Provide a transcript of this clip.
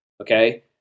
okay